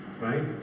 Right